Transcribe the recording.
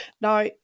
Now